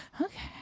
okay